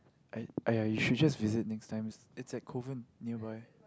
ai~ !aiya! you should just visit next time it's at Kovan nearby